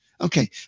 Okay